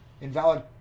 Invalid